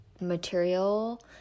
material